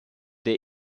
der